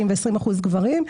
ו-20% גברים,